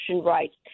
rights